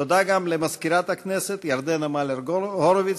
תודה גם למזכירת הכנסת ירדנה מלר-הורוביץ,